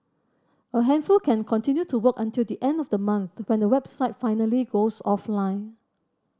a handful can continue to work until the end of the month when the website finally goes offline